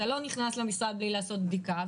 אתה לא נכנס למשרד בלי לעשות בדיקה,